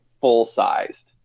full-sized